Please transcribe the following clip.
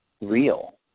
real